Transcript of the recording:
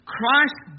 Christ